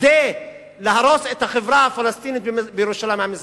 כדי להרוס את החברה הפלסטינית בירושלים המזרחית.